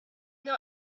not